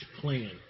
plan